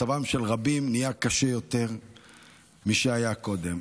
מצבם של רבים נהיה קשה יותר משהיה קודם.